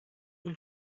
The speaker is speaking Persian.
این